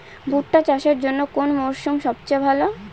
ভুট্টা চাষের জন্যে কোন মরশুম সবচেয়ে ভালো?